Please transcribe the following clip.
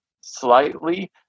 slightly